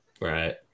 right